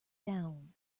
down